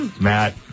Matt